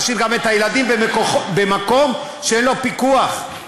להשאיר את הילדים במקום שאין עליו פיקוח.